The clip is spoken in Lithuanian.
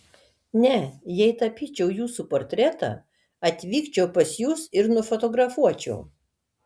ne jei tapyčiau jūsų portretą atvykčiau pas jus ir nufotografuočiau